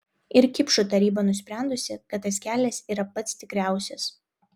ir kipšų taryba nusprendusi kad tas kelias yra pats tikriausias